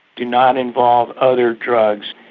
do not involve other drugs.